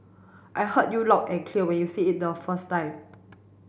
I heard you loud and clear when you say it the first time